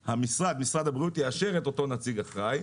משרד הבריאות יאשר את אותו נציג אחראי,